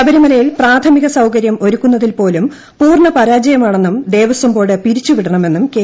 ശബരിമലയിൽ പ്രാഥമിക സൌകര്യം ഒരുക്കുന്നതിൽ പോലും പൂർണ്ണ പരാജയമാണെന്നും ദേവസ്വം ബോർഡ് പിരിച്ചു വിടണമെന്നും കെ